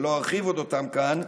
שלא ארחיב על אודותם כאן,